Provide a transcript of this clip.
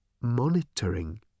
monitoring